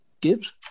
Gibbs